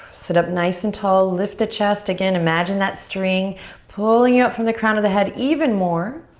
sit up nice and tall, lift the chest. again, imagine that string pulling you up from the crown of the head even more.